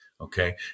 Okay